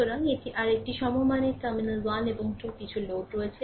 সুতরাং এটি আর এটি একটি সমমানের টার্মিনাল 1 এবং 2 কিছু লোড রয়েছে